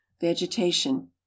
vegetation